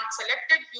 selected